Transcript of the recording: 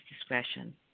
discretion